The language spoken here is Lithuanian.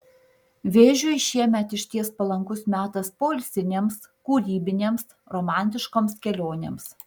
vėžiui šiemet išties palankus metas poilsinėms kūrybinėms romantiškoms kelionėms